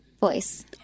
Voice